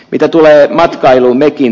mitä tulee matkailumökin